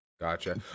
Gotcha